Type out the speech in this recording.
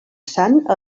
sant